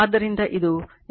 ಆದ್ದರಿಂದ ಇದು 2478